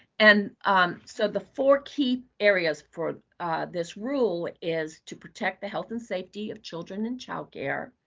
and um so the four key areas for this rule is to protect the health and safety of children in child care,